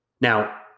Now